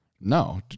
No